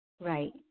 right